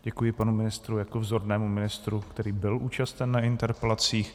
Děkuji panu ministrovi jako vzornému ministrovi, který byl účasten na interpelacích.